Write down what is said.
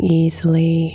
easily